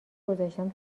گذاشتم